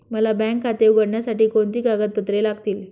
मला बँक खाते उघडण्यासाठी कोणती कागदपत्रे लागतील?